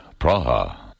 Praha